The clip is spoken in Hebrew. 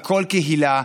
מכל קהילה.